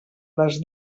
les